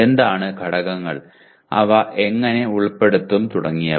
എന്താണ് ഘടകങ്ങൾ അവ എങ്ങനെ ഉൾപ്പെടുത്തും തുടങ്ങിയവ